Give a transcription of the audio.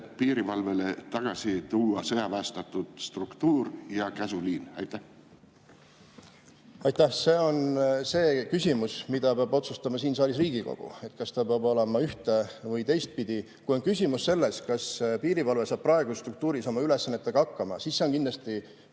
piirivalvele tagasi tuua sõjaväestatud struktuur ja käsuliin? Aitäh! See on küsimus, mida peab otsustama siin saalis Riigikogu, kas ta peab olema ühte‑ või teistpidi. Kui on küsimus selles, kas piirivalve saab praeguses struktuuris oma ülesannetega hakkama, siis seda on kindlasti